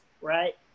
right